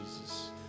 Jesus